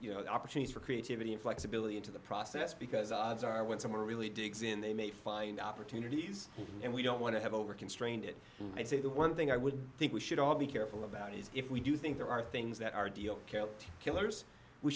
giving opportunities for creativity and flexibility into the process because odds are when someone really digs in they may find opportunities and we don't want to have over constrained it and say the one thing i would think we should all be careful about is if we do think there are things that are deal killer